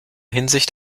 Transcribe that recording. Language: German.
hinsicht